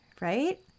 Right